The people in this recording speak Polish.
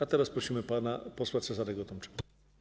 A teraz prosimy pana posła Cezarego Tomczyka.